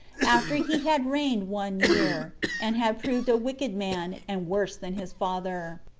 after he had reigned one year, and had proved a wicked man, and worse than his father.